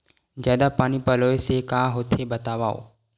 जादा पानी पलोय से का होथे बतावव?